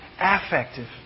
affective